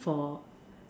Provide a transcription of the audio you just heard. for